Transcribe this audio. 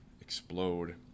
explode